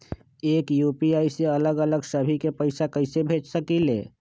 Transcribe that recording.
एक यू.पी.आई से अलग अलग सभी के पैसा कईसे भेज सकीले?